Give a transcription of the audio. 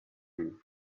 you